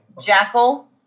Jackal